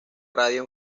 radio